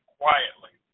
quietly